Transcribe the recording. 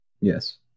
Yes